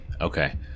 okay